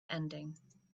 ending